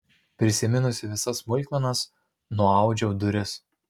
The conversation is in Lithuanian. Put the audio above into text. prisiminusi visas smulkmenas nuaudžiau duris